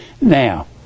now